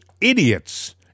idiots